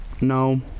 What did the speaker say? No